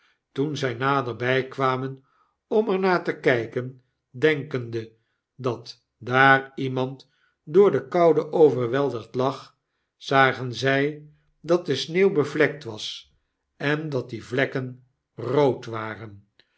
toen zy naderbg kwamen om er naar te kjjken denkende dat daar iemand door de koude overweldigd lag zagen zij dat de sneeuw bevjekt was en dat die vlekken rood waren